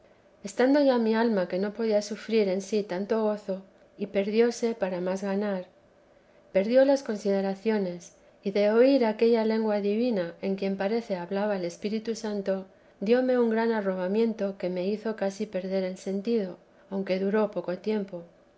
estando ya mi alma que no podía sufrir en sí tanto gozo salió de sí y perdióse para más ganar perdió las consideraciones y de oír aquella lengua divina en que parece hablaba el espíritu santo dióme un gran arrobamiento que me hizo casi perder el sentido aunque duró poco tiempo